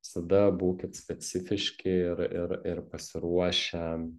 visada būkit specifiški ir ir ir pasiruošę